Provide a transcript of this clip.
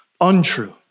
untrue